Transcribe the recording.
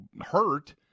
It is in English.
hurt